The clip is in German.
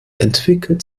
entwickelt